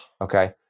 Okay